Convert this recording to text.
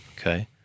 okay